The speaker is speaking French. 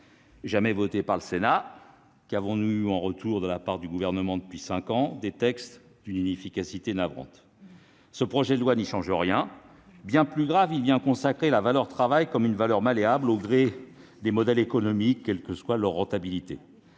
jamais votées par le Sénat. Qu'avons-nous eu en retour de la part du Gouvernement depuis cinq ans ? Des textes d'une inefficacité navrante, et ce projet de loi n'y change rien. Bien plus grave, il vient consacrer la valeur travail comme une valeur malléable en fonction des modèles économiques, quelle que soit leur rentabilité.